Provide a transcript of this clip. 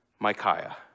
Micaiah